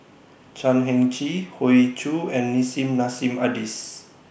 Chan Heng Chee Hoey Choo and Nissim Nassim Adis